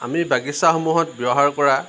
আমি বাগিচাসমূহত ব্যৱহাৰ কৰা